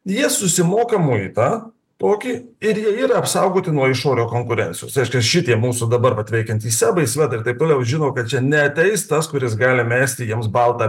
jie susimoka muitą tokį ir jie yra apsaugoti nuo išorio konkurencijos tai reiškias šitie mūsų dabar vat veikiantys sebai svedai ir taip toliau žino kad čia neateis tas kuris gali mesti jiems baltą